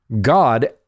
God